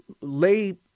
lay